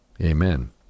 Amen